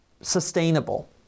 sustainable